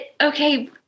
okay